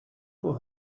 for